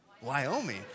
Wyoming